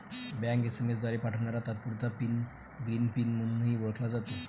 bank SMS द्वारे पाठवणारा तात्पुरता पिन ग्रीन पिन म्हणूनही ओळखला जातो